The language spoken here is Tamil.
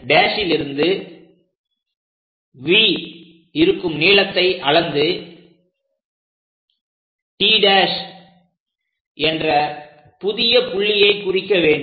S' லிருந்து V இருக்கும் நீளத்தை அளந்து T' என்ற புதிய புள்ளியை குறிக்க வேண்டும்